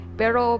pero